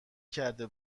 کرده